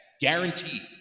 guaranteed